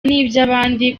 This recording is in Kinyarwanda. n’iby’abandi